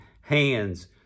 hands